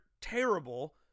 terrible